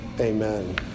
amen